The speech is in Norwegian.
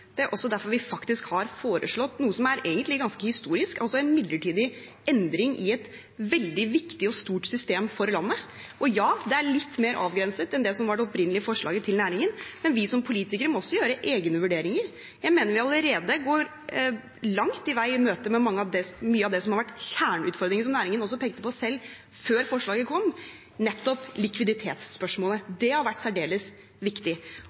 Det er også derfor vi har foreslått noe som egentlig er ganske historisk, altså en midlertidig endring i et veldig viktig og stort system for landet. Og ja, det er litt mer avgrenset enn det som var det opprinnelige forslaget fra næringen, men vi som politikere må også gjøre egne vurderinger. Jeg mener vi allerede langt på vei går i møte mye av det som har vært kjerneutfordringen, og som næringen også pekte på selv, før forslaget kom, nemlig likviditetsspørsmålet. Det har vært særdeles viktig.